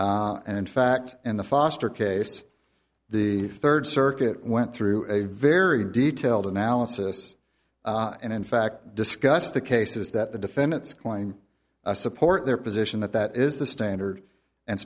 w and in fact in the foster case the third circuit went through a very detailed analysis and in fact discuss the cases that the defendants claim support their position that that is the standard and